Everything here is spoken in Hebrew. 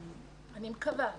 אני מקווה,